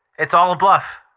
it's all a bluff.